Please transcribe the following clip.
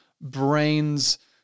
brain's